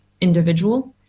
individual